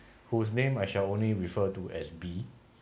whose name I shall only refer to as B